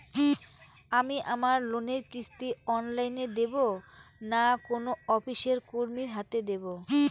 আমি আমার লোনের কিস্তি অনলাইন দেবো না কোনো অফিসের কর্মীর হাতে দেবো?